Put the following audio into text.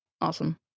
awesome